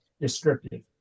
descriptive